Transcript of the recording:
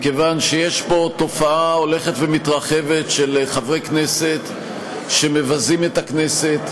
מכיוון שיש פה תופעה הולכת ומתרחבת של חברי כנסת שמבזים את הכנסת,